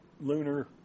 lunar